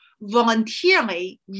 voluntarily